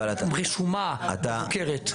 רשומה מוכרת.